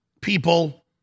people